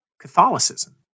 Catholicism